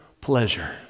pleasure